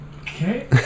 Okay